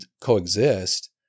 coexist